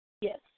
Yes